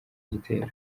gitero